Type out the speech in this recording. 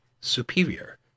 superior